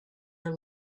your